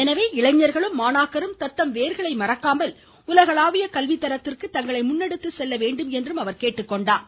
எனவே இளைஞர்களும் மாணாக்கரும் தத்தம் வேர்களை மறக்காமல் உலகளாவிய கல்வித் தரத்திற்கு தங்களை முன்னெடுத்துச் செல்ல வேண்டும் என்றும் அறிவுறுத்தினார்